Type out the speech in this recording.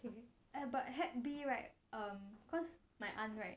eh but hep B right um cause my aunt right